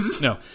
No